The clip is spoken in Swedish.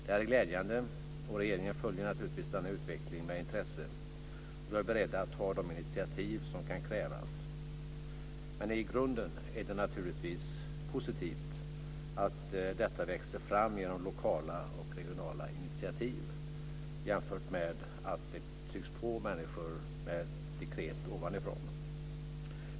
Det är glädjande, och regeringen följer naturligtvis denna utveckling med intresse, och jag är beredd att ta de initiativ som kan krävas. Men i grunden är det naturligtvis positivt att detta växer fram genom lokala och regionala initiativ jämfört med att det trycks på människor med dekret ovanifrån.